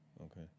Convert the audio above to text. Okay